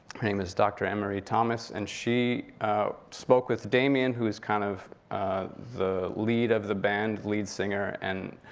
her name is dr. annmarie thomas, and she spoke with damian, who is kind of the lead of the band, lead singer, and